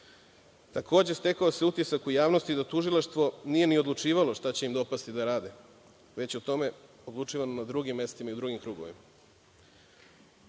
stekao se utisak u javnosti da tužilaštvo nije ni odlučivalo šta će im dopasti da rade, već je o tome odlučivano na drugim mestima i krugovima.